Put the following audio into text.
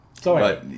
Sorry